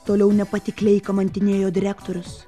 toliau nepatikliai kamantinėjo direktorius